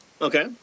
Okay